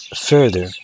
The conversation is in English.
further